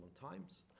times